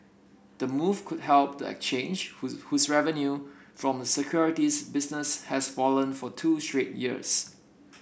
the move could help the exchange whose whose revenue from the securities business has fallen for two straight years